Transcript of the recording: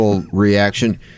reaction